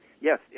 Yes